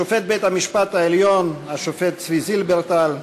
שופט בית-המשפט העליון, השופט צבי זילברטל,